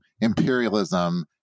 imperialism